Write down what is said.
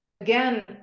Again